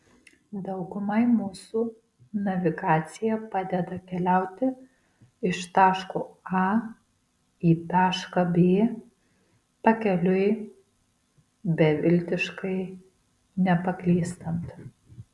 daugumai mūsų navigacija padeda keliauti iš taško a į tašką b pakeliui beviltiškai nepaklystant